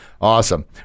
Awesome